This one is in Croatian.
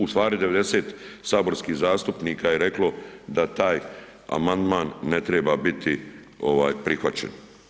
Ustvari, 90 saborskih zastupnika je reklo da taj amandman ne treba biti prihvaćen.